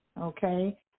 okay